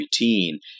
routine